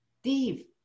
Steve